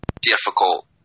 difficult